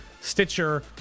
Stitcher